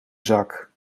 zak